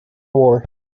war